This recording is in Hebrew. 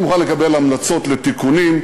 אני מוכן לקבל המלצות לתיקונים,